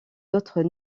d’autres